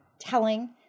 telling